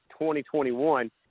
2021